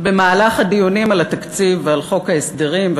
במהלך הדיונים על התקציב ועל חוק ההסדרים,